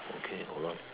okay hold on